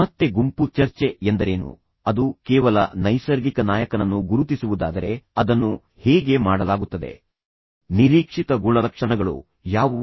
ಮತ್ತೆ ಗುಂಪು ಚರ್ಚೆ ಎಂದರೇನು ಅದು ಕೇವಲ ನೈಸರ್ಗಿಕ ನಾಯಕನನ್ನು ಗುರುತಿಸುವುದಾದರೆ ಅದನ್ನು ಹೇಗೆ ಮಾಡಲಾಗುತ್ತದೆ ನಿರೀಕ್ಷಿತ ಗುಣಲಕ್ಷಣಗಳು ಯಾವುವು